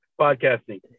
podcasting